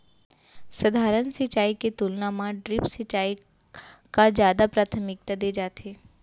सधारन सिंचाई के तुलना मा ड्रिप सिंचाई का जादा प्राथमिकता दे जाथे